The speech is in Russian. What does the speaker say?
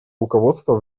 руководство